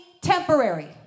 temporary